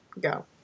Go